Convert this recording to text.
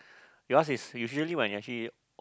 yours is when you actually